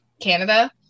Canada